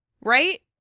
Right